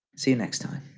see you next time.